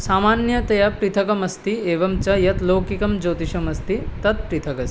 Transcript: सामान्यतया पृथक् अस्ति एवं च यत् लौकिकं ज्योतिषम् अस्ति तत् पृथक् अस्ति